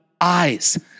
eyes